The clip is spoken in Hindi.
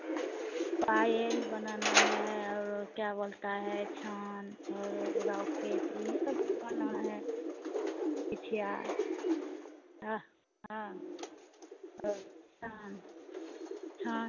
पायल बनाना है और वह क्या बोलता है छान और रॉकेट यह सब वाना है बिछिया हाँ तो छान छान